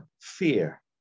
fear